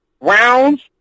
rounds